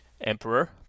Emperor